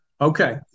Okay